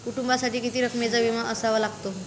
कुटुंबासाठी किती रकमेचा विमा असावा लागतो?